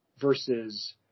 versus –